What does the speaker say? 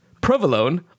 Provolone